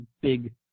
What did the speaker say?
Big